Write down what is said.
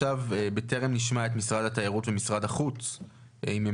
בטרם נשמע את עמדות משרד התיירות ומשרד החוץ להסכם,